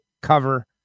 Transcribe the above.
cover